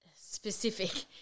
specific